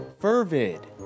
Fervid